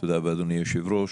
תודה רבה אדוני היושב-ראש.